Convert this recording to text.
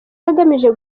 agamije